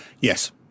Yes